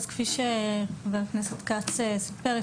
כפי שחבר הכנסת כץ סיפר,